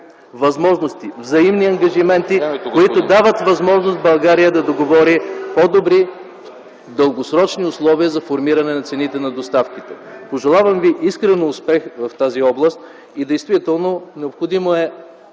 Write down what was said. от ГЕРБ), взаимни ангажименти, които дават възможност България да договори по-добри дългосрочни условия за формиране на цените на доставките. Пожелавам Ви искрено успех в тази област. Действително необходимо е